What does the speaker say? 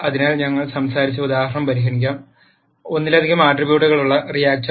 അതിനാൽ ഞങ്ങൾ സംസാരിച്ച ഉദാഹരണം പരിഗണിക്കാം ഒന്നിലധികം ആട്രിബ്യൂട്ടുകളുള്ള റിയാക്ടർ